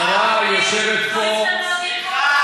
כרגיל, השרה יושבת פה.